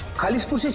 kalispur